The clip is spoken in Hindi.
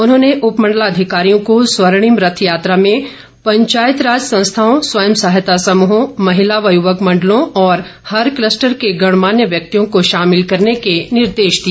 उन्होंने उपमंडलाधिकारियों को स्वर्णिम रथ यात्रा में पंचायत राज संस्थाओं स्वय सहायता समूहों महिला व युवक मंडलों और हर कलस्टर के गणमान्य व्यक्तिायों को शामिल करने के निर्देश दिए